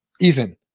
Ethan